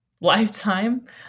lifetime